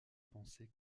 penser